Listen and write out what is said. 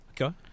Okay